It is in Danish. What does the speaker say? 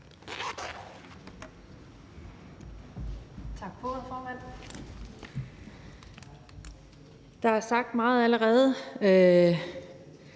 ordet, formand. Der er sagt meget allerede;